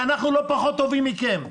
שאנחנו לא פחות טובים מכם.